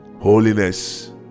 Holiness